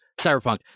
Cyberpunk